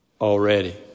already